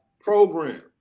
program